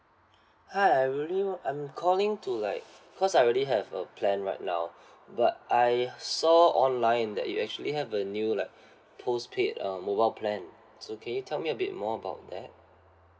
hi I really I'm calling to like because I already have a plan right now but I saw online that you actually have a new like postpaid uh mobile plan so can you tell me a bit more about that